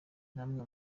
namwe